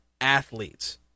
athletes